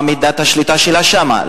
מה מידת השליטה שם,